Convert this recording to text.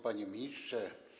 Panie Ministrze!